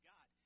God